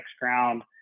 Ground